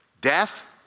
Death